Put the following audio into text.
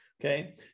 Okay